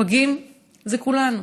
פגים זה כולנו.